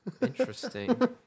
Interesting